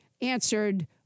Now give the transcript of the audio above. answered